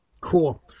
Cool